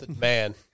man